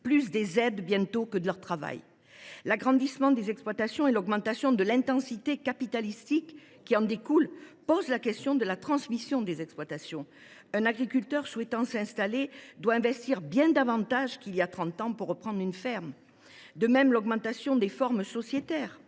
des aides que de leur travail. L’agrandissement des exploitations et l’augmentation de l’intensité capitalistique qui en découle posent la question de la transmission : un agriculteur souhaitant s’installer doit investir bien davantage qu’il y a trente ans pour reprendre une ferme. De même, la prépondérance des formes sociétaires